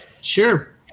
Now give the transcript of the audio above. sure